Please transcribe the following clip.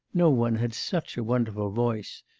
no one had such a wonderful voice,